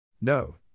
No